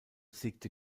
siegte